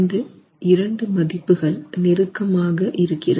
இந்த இரண்டு மதிப்புகள் நெருக்கமாக இருக்கிறது